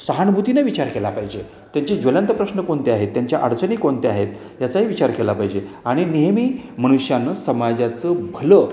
सहानभूतीने विचार केला पाहिजे त्यांचे ज्वलंत प्रश्न कोणते आहेत त्यांच्या अडचणी कोणत्या आहेत याचाही विचार केला पाहिजे आणि नेहमी मनुष्याने समाजाचं भलं